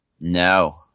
No